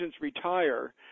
retire